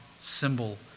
symbol